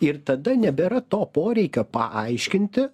ir tada nebėra to poreikio paaiškinti